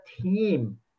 team